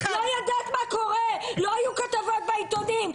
לא ידעת מה קורה, לא היו כתבות בעיתונים.